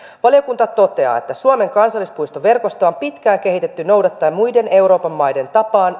valiokunta toteaa että suomen kansallispuistoverkostoa on pitkään kehitetty noudattaen muiden euroopan maiden tapaan